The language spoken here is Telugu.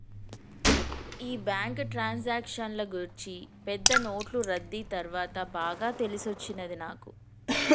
ఈ బ్యాంకు ట్రాన్సాక్షన్ల గూర్చి పెద్ద నోట్లు రద్దీ తర్వాత బాగా తెలిసొచ్చినది నాకు